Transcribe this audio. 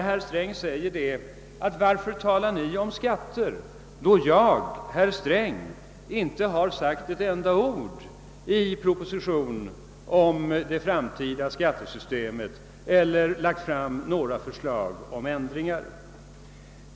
Herr Sträng frågar: Varför talar ni om skatter då jag, herr Sträng, inte har sagt ett enda ord i några propositioner om det framtida skattesystemet, inte lagt fram några förslag till ändringar?